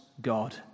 God